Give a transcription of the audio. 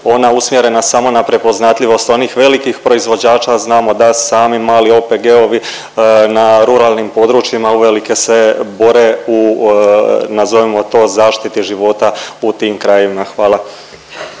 ona usmjerena samo na prepoznatljivost onih velikih proizvođača, a znamo da sami mali OPG-ovi na ruralnim područjima uvelike se bore u nazovimo to, zaštiti života u tim krajevima? Hvala.